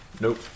Nope